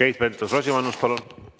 Aitäh, hea istungi